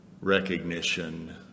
recognition